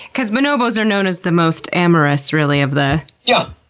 because bonobos are known as the most amorous, really, of the yeah